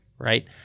right